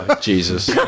Jesus